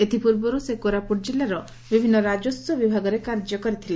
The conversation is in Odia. ଏଥ୍ ପୂର୍ବରୁ ସେ କୋରାପୁଟ କିଲ୍ଲାର ବିଭିନ୍ନ ରାକସ୍ୱ ବିଭାଗରେ କାର୍ଯ୍ୟ କରିଥିଲେ